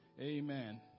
Amen